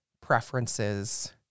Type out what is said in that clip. preferences